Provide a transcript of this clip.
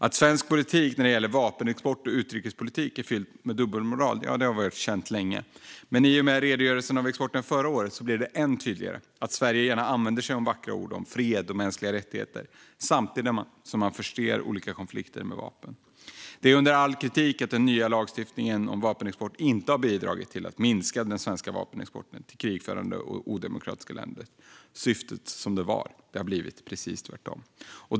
Att svensk politik när det gäller vapenexport och utrikespolitik är fylld med dubbelmoral har varit känt länge. I och med redogörelsen för exporten under förra året blir det än tydligare att Sverige gärna använder sig av vackra ord om fred och mänskliga rättigheter samtidigt som man förser olika konflikter med vapen. Det är under all kritik att den nya lagstiftningen om vapenexport inte bidragit till att minska den svenska vapenexporten till krigförande och odemokratiska länder, som syftet var. Det har blivit precis tvärtom.